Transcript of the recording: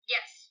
Yes